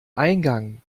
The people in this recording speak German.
eingang